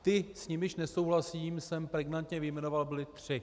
Ty, s nimiž nesouhlasím, jsem pregnantně vyjmenoval byly tři.